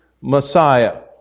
Messiah